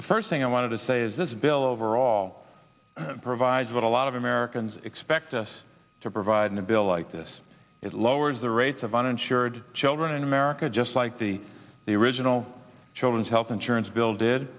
the first thing i want to say is this bill overall provides what a lot of americans expect us to provide an ability this it lowers the rates of uninsured children in america just like the the original children's health insurance bill did